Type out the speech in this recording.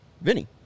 Vinny